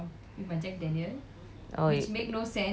oh burning